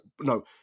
no